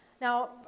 Now